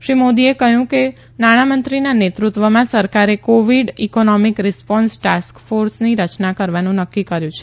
શ્રી મોદીએ ઉમેર્યું કે નાણાંમંત્રીના નેતૃત્વમાં સરકારે કોવિડ ઇકોનોમિક રીસ્પોન્સ ટાસ્ક ફોર્સની રચના કરવાનું નક્કી કર્યુ છે